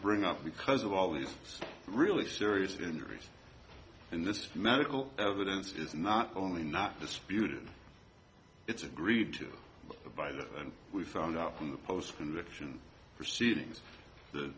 bring up because of all these really serious injuries in this medical evidence is not only not disputed it's agreed to by that and we found out in the post conviction proceedings the